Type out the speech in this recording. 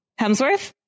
Hemsworth